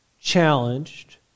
challenged